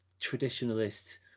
traditionalist